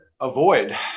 avoid